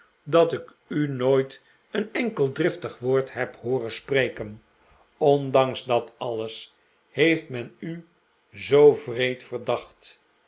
dat ik u nooit een enkel driftig woord heb hooren spreken ondanks dat alles heeft men u zoo wreed verdacht